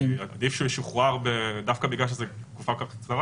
כי עדיף שהוא ישוחרר דווקא בגלל שזו תקופה קצרה.